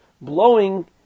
blowing